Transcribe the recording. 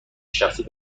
شخصی